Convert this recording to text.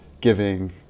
giving